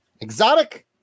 exotic